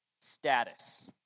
status